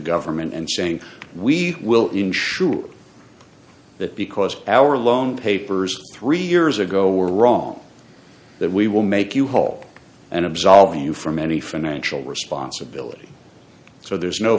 government and saying we will insure that because our loan papers three years ago were wrong that we will make you whole and absolve you from any financial responsibility so there's no